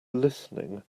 listening